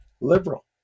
liberal